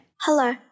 Hello